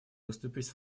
выступить